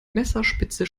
messerspitze